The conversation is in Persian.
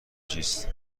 چیست